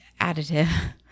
additive